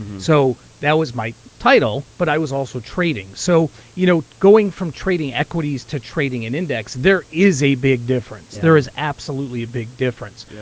so that was my title, but i was also trading. so you know going from trading equities to trading an index, there is a big difference. there is absolutely a big difference.